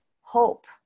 hope